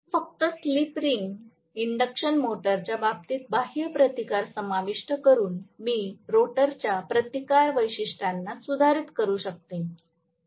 फक्त slip ring induction मोटरच्या बाबतीत बाह्य प्रतिकार समाविष्ट करून मी रोटरच्या प्रतिकार वैशिष्ट्यांना सुधारित करू शकते